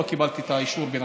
לא קיבלתי את האישור בינתיים.